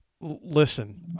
listen